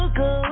go